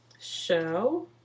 show